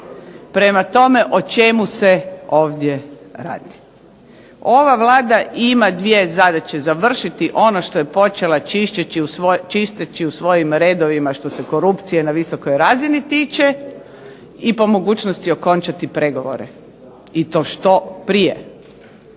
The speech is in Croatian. Prema tome, o čemu se ovdje radi? Ova Vlada ima dvije zadaće završiti ono što je počela čisteći u svojim redovima što se korupcije na visokoj razini tiče i po mogućnosti okončati pregovore i to što prije.